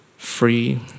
free